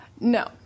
No